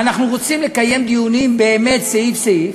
ואנחנו רוצים לקיים דיונים באמת סעיף-סעיף.